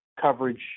coverage